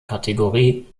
kategorie